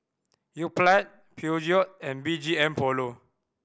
Yoplait Peugeot and B G M Polo